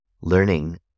learning